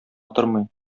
тормый